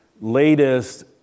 latest